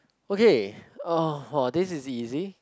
okay uh !wah! this is easy